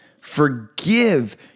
Forgive